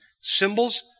Symbols